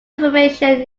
information